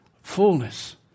Fullness